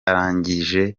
arangije